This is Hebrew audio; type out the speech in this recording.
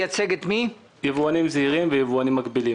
אני מייצג יבואנים זעירים ויבואנים מקבילים.